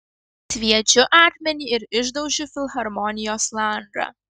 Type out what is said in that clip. sviedžiu akmenį ir išdaužiu filharmonijos langą